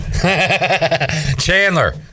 Chandler